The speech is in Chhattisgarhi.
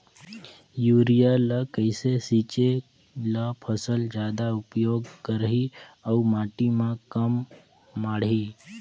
युरिया ल कइसे छीचे ल फसल जादा उपयोग करही अउ माटी म कम माढ़ही?